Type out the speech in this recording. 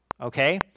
okay